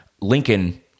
Lincoln